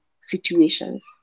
situations